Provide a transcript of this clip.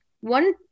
One